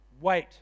Wait